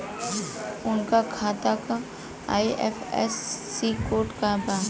उनका खाता का आई.एफ.एस.सी कोड का बा?